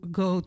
go